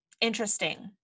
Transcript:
interesting